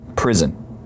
prison